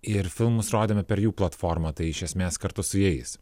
ir filmus rodėme per jų platformą tai iš esmės kartu su jais